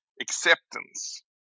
acceptance –